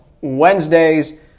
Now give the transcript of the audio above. Wednesdays